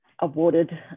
awarded